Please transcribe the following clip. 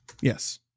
yes